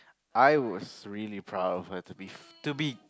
I was really proud of her to be to be